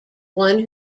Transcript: one